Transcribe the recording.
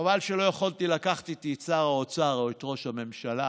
חבל שלא יכולתי לקחת איתי את שר האוצר או את ראש הממשלה